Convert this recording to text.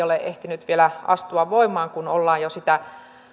ole ehtinyt vielä astua voimaan kun ollaan jo sitä